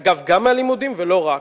גם מהלימודים אבל לא רק,